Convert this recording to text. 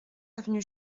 avenue